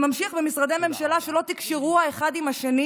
והמשך במשרדי ממשלה שלא תקשרו אחד עם השני